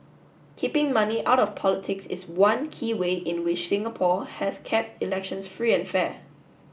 keeping money out of politics is one key way in which Singapore has kept elections free and fair